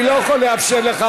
אני לא יכול לאפשר לך,